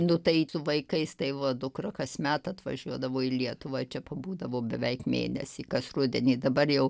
nu tai su vaikais tai va dukra kasmet atvažiuodavo į lietuvą i čia pabūdavo beveik mėnesį kas rudenį dabar jau